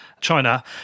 China